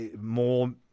more